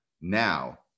now